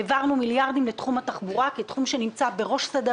העברנו מיליארדים לתחום זה כתחום שנמצא בראש סדר